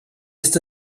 ist